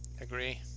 Agree